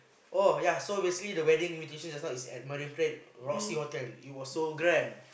oh yea so basically the wedding location just now was at Marine-Parade Roxy-Hotel it was so grand